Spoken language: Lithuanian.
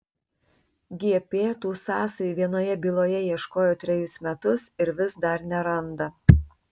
gp tų sąsajų vienoje byloje ieškojo trejus metus ir vis dar neranda